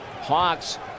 Hawks